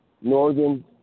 Northern